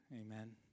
amen